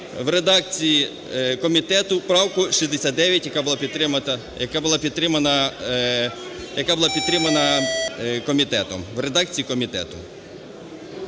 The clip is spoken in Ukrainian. в редакції комітету правку 69, яка була підтримана комітетом